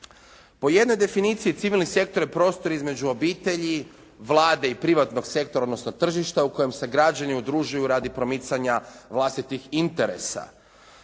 Po jednoj definiciji civilni sektor je prostor između obitlji, Vlade i privatnog sektora, odnosno tržišta u kojoj se građani udružuju radi promicanja vlastitih interesa.